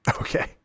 Okay